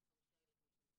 יש לנו חמישה ילדים שמתפזרים.